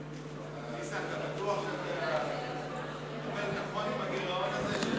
ניסן, אתה בטוח שאתה עומד נכון עם הגירעון הזה?